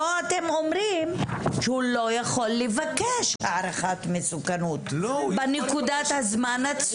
פה אתם אומרים שהוא לא יכול לבקש הערכת מסוכנות בנקודת הזמן הספציפית.